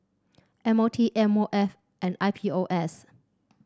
M O T M O F and I P O S